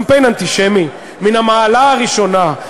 קמפיין אנטישמי מן המעלה הראשונה,